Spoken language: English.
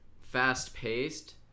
fast-paced